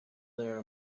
there